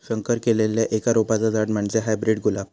संकर केल्लल्या एका रोपाचा झाड म्हणजे हायब्रीड गुलाब